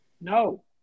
No